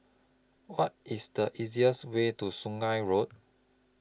What IS The easiest Way to Sungei Road